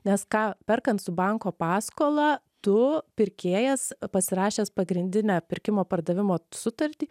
nes ką perkant su banko paskola tu pirkėjas pasirašęs pagrindinę pirkimo pardavimo sutartį